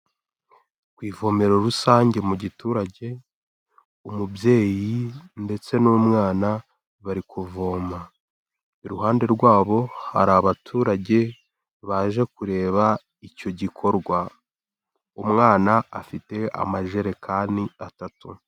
Ku ivomero rusange mu giturage, umubyeyi ndetse n'umwana bari kuvoma, iruhande rwabo hari abaturage baje kureba icyo gikorwa, umwana afite amajerekani atatu.